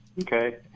Okay